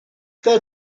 that